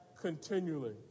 continually